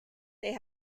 they